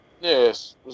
Yes